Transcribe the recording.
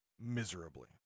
miserably